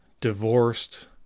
divorced